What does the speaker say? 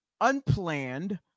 unplanned